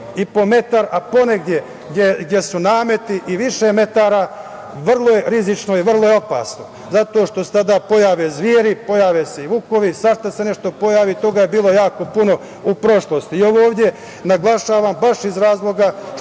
i po metar a ponegde gde su nameti i više metara, vrlo je rizično i vrlo je opasno zato što se onda pojave zveri, pojave se i vukovi, svašta se nešto pojavi. Toga je bilo jako puno u prošlosti. Ovo ovde naglašavam baš iz razloga